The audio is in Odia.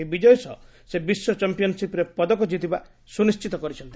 ଏହି ବିଜୟ ସହ ସେ ବିଶ୍ୱ ଚାମ୍ପିୟନ୍ସିପ୍ରେ ପଦକ ଜିତିବା ସ୍ୱନିଶ୍ଚିତ କରିଛନ୍ତି